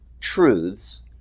truths